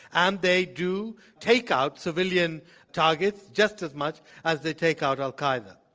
and they do take out civilian targets just as much as they take out al-qaeda.